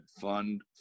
fund